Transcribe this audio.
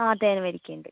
ആ തേൻ വരിക്കയുണ്ട്